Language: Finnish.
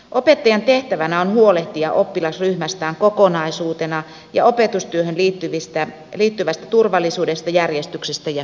opettajan tehtävänä on huolehtia oppilasryhmästään kokonaisuutena ja opetustyöhön liittyvästä turvallisuudesta järjestyksestä ja hyvinvoinnista